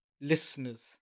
listeners